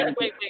wait